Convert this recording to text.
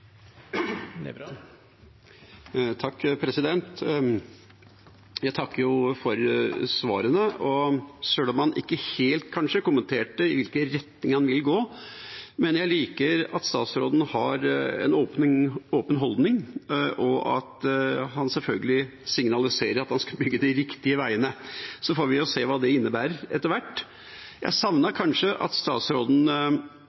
Jeg takker statsråden for svarene, sjøl om han kanskje ikke helt kommenterte i hvilken retning han vil gå. Men jeg liker at statsråden har en åpen holdning, og sjølsagt at han signaliserer at han skal bygge de riktige veiene. Så får vi se hva det innebærer etter hvert. Jeg